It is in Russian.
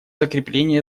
закреплении